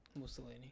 Mussolini